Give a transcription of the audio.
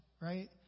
right